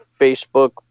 Facebook